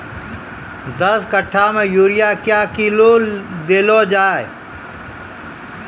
दस कट्ठा मे यूरिया क्या किलो देलो जाय?